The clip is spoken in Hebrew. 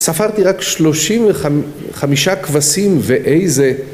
ספרתי רק שלושים וחמ..חמישה כבשים ואיזה...